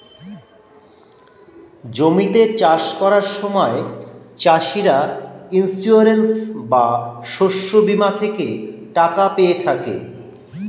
জমিতে চাষ করার সময় চাষিরা ইন্সিওরেন্স বা শস্য বীমা থেকে টাকা পেয়ে থাকে